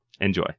Enjoy